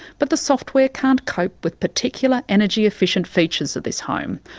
but the software can't cope with particular energy-efficient features of this home,